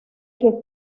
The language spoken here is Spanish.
que